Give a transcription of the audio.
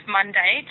Monday